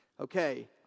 Okay